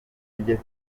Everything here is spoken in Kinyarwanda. tujye